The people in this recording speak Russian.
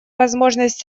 возможность